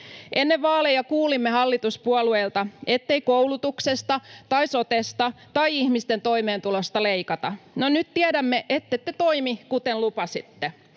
Ennen vaaleja kuulimme hallituspuolueilta, ettei koulutuksesta tai sotesta tai ihmisten toimeentulosta leikata. No, nyt tiedämme, ettette toimi kuten lupasitte.